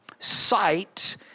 Sight